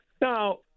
Now